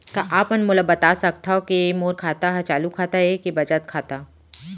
का आप मन मोला बता सकथव के मोर खाता ह चालू खाता ये के बचत खाता?